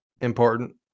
important